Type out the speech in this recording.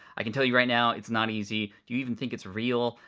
i can tell you right now it's not easy, do you even think it's real?